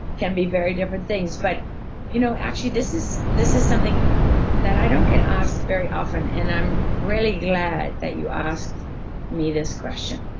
can be very different things, but you know actually this is this is something that i don't get asked very often, and i'm really glad that you asked me this question,